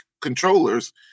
controllers